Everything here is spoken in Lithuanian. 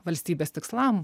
valstybės tikslam